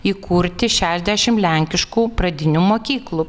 įkurti šešiasdešimt lenkiškų pradinių mokyklų